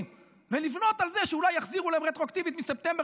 ולבנות על זה שאולי יחזירו להם רטרואקטיבית מספטמבר,